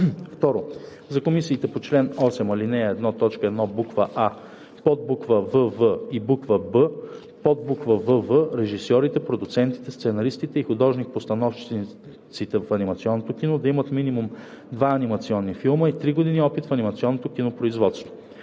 2. за комисиите по чл. 8, ал. 1, т. 1, буква „а“, подбуква „вв“ и буква „б“, подбуква „вв“ режисьорите, продуцентите, сценаристите и художник-постановчиците в анимационното кино да имат минимум 2 анимационни филма и 3 години опит в анимационното кинопроизводство;